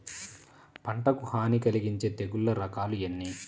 పంటకు హాని కలిగించే తెగుళ్ల రకాలు ఎన్ని?